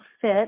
fit